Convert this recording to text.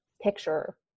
picture